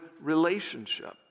relationship